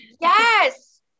yes